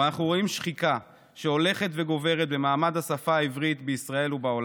אבל אנחנו רואים שחיקה הולכת וגוברת במעמד השפה העברית בישראל ובעולם.